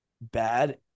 bad